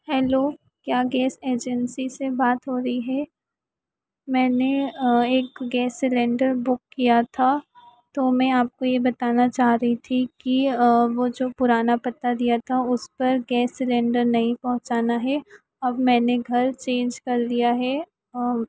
hello क्या gas agency से बात हो रही है मैंने एक गैस सिलेण्डर बुक किया था तो मैं आपको यह बताना चाह रही थी कि वह जो पुराना पता दिया था उस पर गैस सिलेण्डर नहीं पहुँचाना है अब मैंने घर चेन्ज कर लिया है और